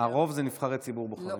ברוב זה נבחרי ציבור בוחרים.